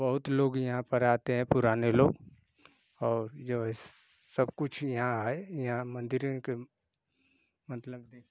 बहुत लोग यहाँ पर आते हैं पुराने लोग और जो है सब कुछ यहाँ आए यहाँ मंदिर के मतलब